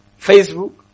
Facebook